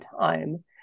time